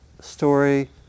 story